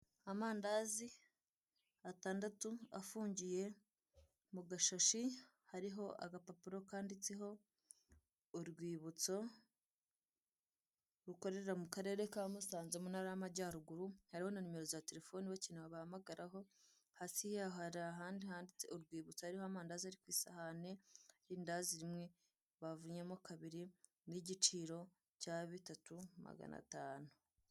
Amandazi atandatu afungiye mu gashashi hariho agapapuro kanditseho urwibutso rukorera mu karere ka Musanze mu ntara y'amajyaruguru hariho na nimero za terefone ubakeneya wabahamagaraho hasi yaho hari ahandi handitse urwibutso hariho amandazi ari ku isahani irindazi rimwe bavunnyemo kabiri n'igiciro cya bitatu maganatanu.